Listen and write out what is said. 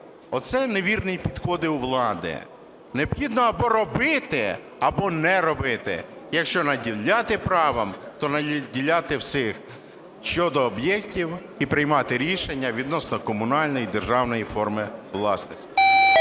Оце невірні підходи у влади. Необхідно або робити, або не робити. Якщо наділяти правом, то наділяти всіх щодо об'єктів і приймати рішення відносно комунальної і державної форми власності.